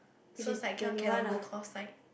so it's like cannot cannot go cause like